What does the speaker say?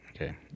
Okay